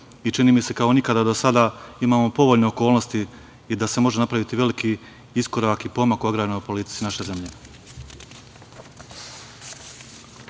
i čini mi se kao nikada do sada imamo povoljne okolnosti i da se može napraviti veliki iskorak i pomak u agrarnoj politici naše